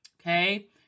Okay